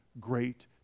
great